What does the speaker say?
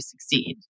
succeed